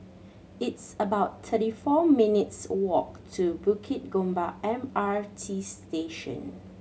it's about thirty four minutes walk to Bukit Gombak M R T Station